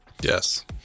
Yes